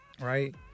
Right